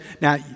now